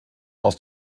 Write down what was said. aus